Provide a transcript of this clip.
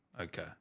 Okay